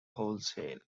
wholesale